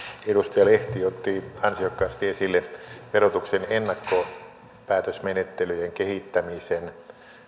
edustaja lehti otti ansiokkaasti esille verotuksen ennakkopäätösmenettelyjen kehittämisen